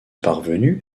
parvenu